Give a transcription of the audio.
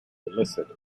illicit